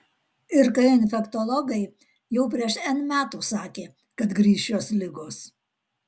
ir kai infektologai jau prieš n metų sakė kad grįš šios ligos